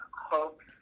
Hope's